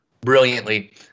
brilliantly